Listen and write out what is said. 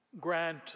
Grant